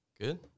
Good